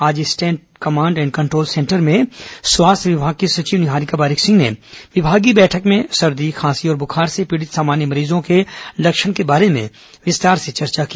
आज state command and control centre में स्वास्थ्य विभाग की सचिव निहारिका बारिक सिंह ने विभागीय बैठक में सर्दी खांसी और बुखार से पीड़ित सामान्य मरीजों के लक्षण के बारे में विस्तार से चर्चा की